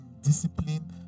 discipline